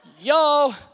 yo